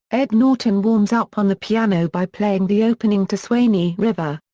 ed norton warms up on the piano by playing the opening to swanee river.